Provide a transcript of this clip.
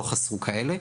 לא חסרו כאלה,